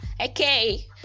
Okay